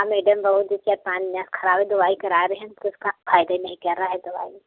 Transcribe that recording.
हाँ मैडम बहुत दिक्कत पान दिना से खा रहे दवाई करा रहे हैं कुछ फा फायदा ही नहीं कर रहा है दवाई